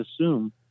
assume